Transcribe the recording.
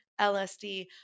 LSD